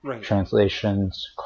translations